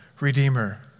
redeemer